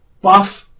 buff